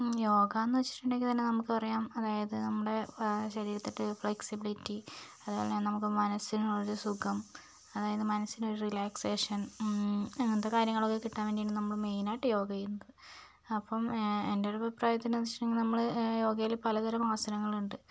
യോഗയെന്നു വെച്ചിട്ടുണ്ടെങ്കിൽ തന്നെ നമുക്ക് പറയാം അതായത് നമ്മുടെ ശരീരത്തിൻ്റെ ഒരു ഫ്ളെക്സിബിലിറ്റി അതുപോലെ നമുക്ക് മനസ്സിനുള്ളൊരു സുഖം അതായത് മനസ്സിനൊരു റിലാക്സേഷൻ അങ്ങനത്തെ കാര്യങ്ങളൊക്കെ കിട്ടാൻ വേണ്ടിയാണ് നമ്മൾ മൈനായിട്ട് യോഗ ചെയ്യുന്നത് അപ്പം എൻ്റെ ഒരഭിപ്രായത്തിൽ എന്നുവെച്ചിട്ടുണ്ടെങ്കിൽ നമ്മൾ യോഗയിൽ പലതരം ആസനങ്ങളുണ്ട്